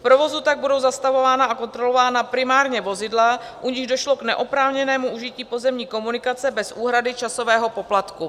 V provozu tak budou zastavována a kontrolována primárně vozidla, u nichž došlo k neoprávněnému užití pozemní komunikace bez úhrady časového poplatku.